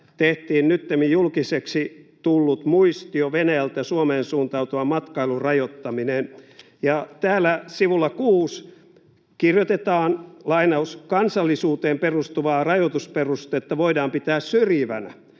tehtiin nyttemmin julkiseksi tullut muistio Venäjältä Suomeen suuntautuvan matkailun rajoittaminen. Täällä sivulla 6 kirjoitetaan: "Kansallisuuteen perustuvaa rajoitusperustetta voidaan pitää syrjivänä."